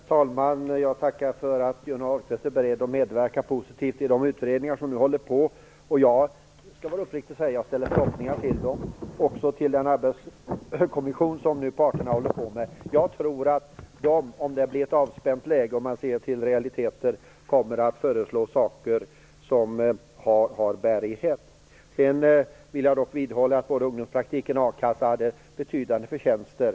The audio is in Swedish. Herr talman! Jag tackar för att Johnny Ahlqvist är beredd att medverka positivt i de utredningar som nu håller på. Jag skall uppriktigt säga att jag ställer stora förhoppningar till dem, också till Arbetsrättskommissionen. Jag tror att man i ett avspänt läge kommer att föreslå saker som har bärighet. Dock vill jag vidhålla att både ungdomspraktiken och a-kassa hade betydande förtjänster.